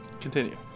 Continue